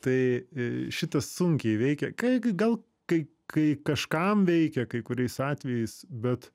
tai šitas sunkiai veikia kai gi gal kai kai kažkam veikia kai kuriais atvejais bet